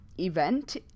Event